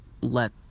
let